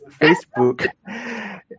Facebook